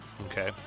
okay